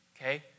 okay